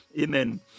Amen